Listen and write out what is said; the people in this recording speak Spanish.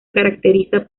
caracteriza